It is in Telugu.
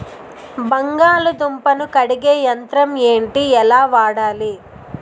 బంగాళదుంప ను కడిగే యంత్రం ఏంటి? ఎలా వాడాలి?